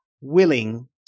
willing